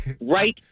right